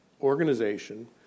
organization